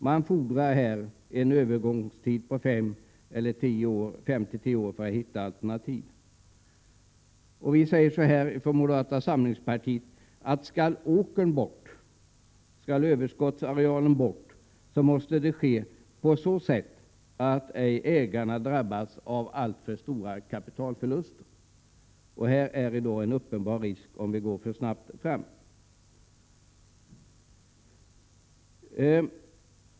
Det fordras en övergångstid på fem-tio år för att hitta alternativ. Moderata samlingspartiet säger så här: Skall åkern, dvs. överskottsarealen, bort, skall det ske på ett sådant sätt att ägarna ej drabbas av alltför stora kapitalförluster. Här finns en uppenbar risk om vi går för snabbt fram.